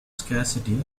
scarcity